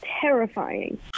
terrifying